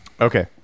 okay